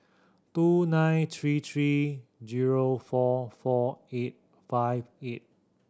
two nine three three zero four four eight five eight